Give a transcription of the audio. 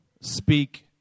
speak